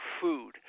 food